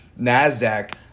Nasdaq